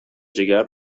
جگر